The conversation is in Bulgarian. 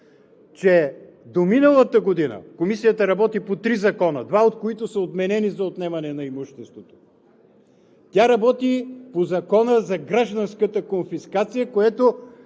че до миналата година Комисията работи по три закона, два от които са отменени, за отнемане на имуществото. Тя работи по Закона за гражданската конфискация, като